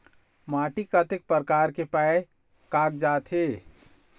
माटी कतक प्रकार के पाये कागजात हे?